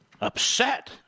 upset